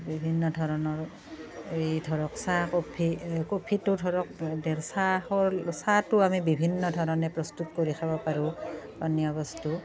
বিভিন্ন ধৰণৰ এই ধৰক চাহ কফি এই কফিটো ধৰক চাহও চাহটো আমি বিভিন্ন ধৰণে প্ৰস্তুত কৰি খাব পাৰো পানীয় বস্তু